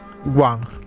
one